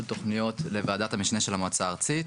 תוכניות לוועדת המשנה של המועצה הארצית.